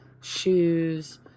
shoes